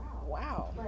wow